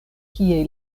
kie